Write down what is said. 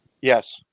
Yes